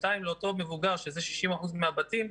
בינתיים לאותו מבוגר, שזה 60% מהבתים,